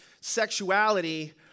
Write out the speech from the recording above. sexuality